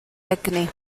egni